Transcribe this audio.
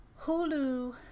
Hulu